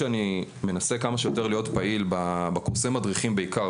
כשאני מנסה להיות כמה שיותר להיות פעיל בקורסי מדריכים בעיקר,